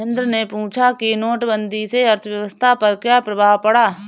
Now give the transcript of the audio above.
महेंद्र ने पूछा कि नोटबंदी से अर्थव्यवस्था पर क्या प्रभाव पड़ा